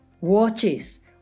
watches